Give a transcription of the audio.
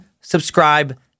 subscribe